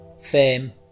Fame